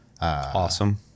awesome